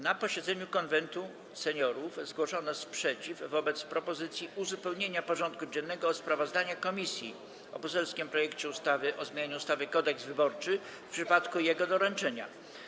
Na posiedzeniu Konwentu Seniorów zgłoszono sprzeciw wobec propozycji uzupełnienia porządku dziennego o sprawozdanie komisji o poselskim projekcie ustawy o zmianie ustawy Kodeks wyborczy, w przypadku jego doręczenia.